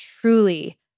truly